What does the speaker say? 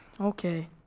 Okay